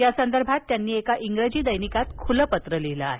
यासंदर्भात त्यांनी एका इंग्रजी दैनिकात खुलं पत्र लिहिलं आहे